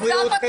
עזוב אותך.